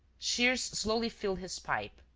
shears slowly filled his pipe,